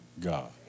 God